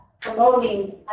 promoting